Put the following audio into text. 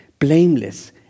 blameless